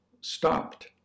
stopped